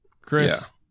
Chris